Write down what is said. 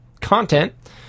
content